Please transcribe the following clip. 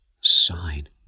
sign